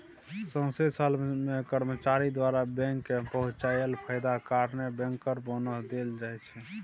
सौंसे साल मे कर्मचारी द्वारा बैंक केँ पहुँचाएल फायदा कारणेँ बैंकर बोनस देल जाइ छै